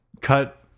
Cut